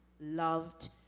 loved